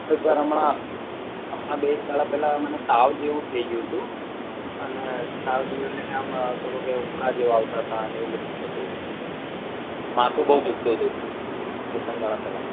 કોઈકવાર હમણાં એક બે દહાડા પહેલાં મને તાવ જેવું થઇ ગયું હતું અને તાવ જેવું એટલે કે આમ થોડુંક એવું ઉબકા જેવું આવતા હતા ને એવું બધું થતું હતું માથું બહું દુખતું હતું બે ત્રણ દહાડા પહેલાં